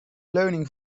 leuning